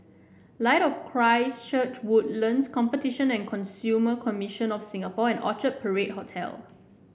Light of Christ Church Woodlands Competition and Consumer Commission of Singapore and Orchard Parade Hotel